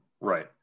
Right